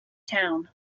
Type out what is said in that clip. town